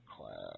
class